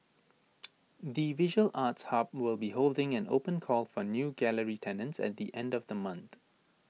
the visual arts hub will be holding an open call for new gallery tenants at the end of the month